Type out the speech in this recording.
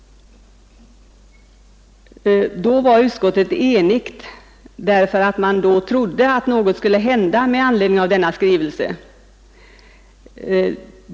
Då var utskottet enigt därför att man trodde att något skulle hända med anledning av denna skrivelse.